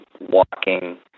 walking